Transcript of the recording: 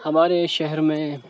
ہمارے شہر میں